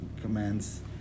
commands